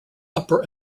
upper